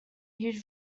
huge